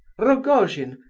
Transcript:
rogojin,